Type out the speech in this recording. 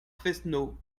fesneau